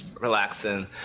relaxing